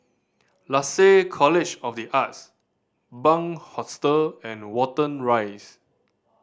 Lasalle College of The Arts Bunc Hostel and Watten Rise